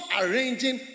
arranging